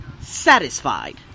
satisfied